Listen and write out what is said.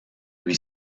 lui